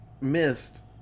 missed